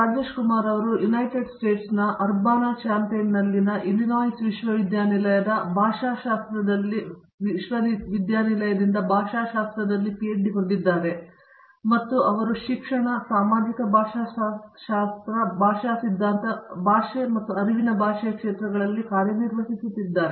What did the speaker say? Rajesh Kumar United ಸ್ಟೇಟ್ಸ್ನ Urbana ಚ್ಯಾಂಪೈನ್ನಲ್ಲಿನ Illinois ವಿಶ್ವವಿದ್ಯಾನಿಲಯದ ಭಾಷಾಶಾಸ್ತ್ರದಲ್ಲಿ ಪಿಎಚ್ಡಿ ಹೊಂದಿದ್ದಾರೆ ಮತ್ತು ಅವರು ಶಿಕ್ಷಣ ಸಾಮಾಜಿಕ ಭಾಷಾಶಾಸ್ತ್ರ ಭಾಷಾ ಸಿದ್ಧಾಂತ ಮತ್ತು ಭಾಷೆ ಮತ್ತು ಅರಿವಿನ ಭಾಷೆಯ ಕ್ಷೇತ್ರಗಳಲ್ಲಿ ಕಾರ್ಯನಿರ್ವಹಿಸುತ್ತಿದ್ದಾರೆ